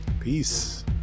peace